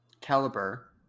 caliber